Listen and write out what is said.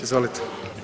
Izvolite.